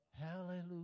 Hallelujah